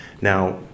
Now